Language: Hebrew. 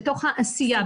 בתוך העשייה,